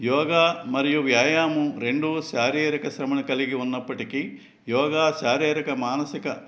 యోగా మరియు వ్యాయామం రెండూ శారీరక శ్రమను కలిగి ఉన్నప్పటికీ యోగా శారీరక మానసిక